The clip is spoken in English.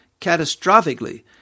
catastrophically